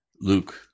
Luke